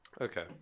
okay